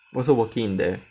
also working in there